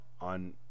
on